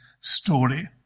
story